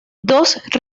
dos